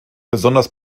besonders